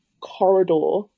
Corridor